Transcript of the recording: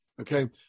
Okay